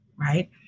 Right